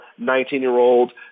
19-year-old